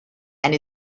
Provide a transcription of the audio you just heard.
and